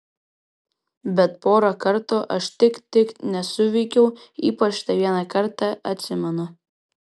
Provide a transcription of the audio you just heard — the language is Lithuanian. bet porą kartų aš tik tik nesuveikiau ypač tą vieną kartą atsimenu